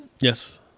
Yes